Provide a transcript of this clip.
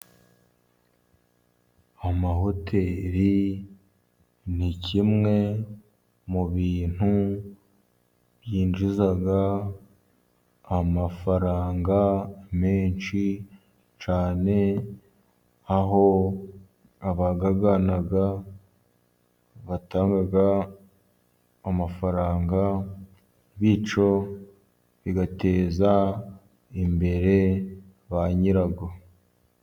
Amahoteri ni kimwe mu bintu byinjiza amafaranga menshi cyane, aho abayagana batanga amafaranga, bityo bigateza imbere banyirayo.